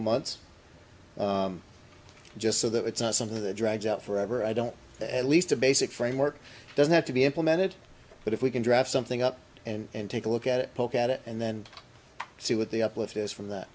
couple months just so that it's not something that drags out forever i don't at least a basic framework doesn't have to be implemented but if we can draft something up and take a look at it poke at it and then see what the uplift is from that